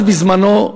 אז, בזמני,